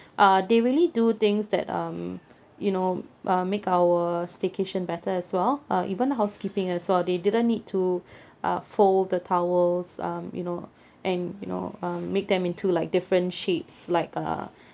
uh they really do things that um you know um make our staycation better as well uh even the housekeeping as well they didn't need to uh fold the towels um you know and you know um make them into like different shapes like a